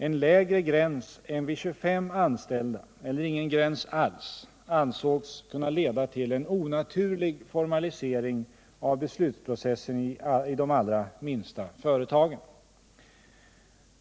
En lägre gräns än vid 25 anställda eller ingen gräns alls ansågs kunna leda till en onaturlig formalisering av beslutsprocessen i de allra minsta företagen.